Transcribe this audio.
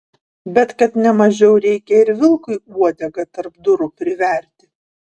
bet kad ne mažiau reikia ir vilkui uodegą tarp durų priverti